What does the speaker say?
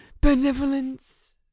benevolence